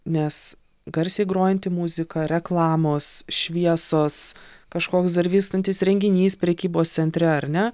nes garsiai grojanti muzika reklamos šviesos kažkoks dar vystantis renginys prekybos centre ar ne